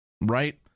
right